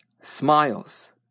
smiles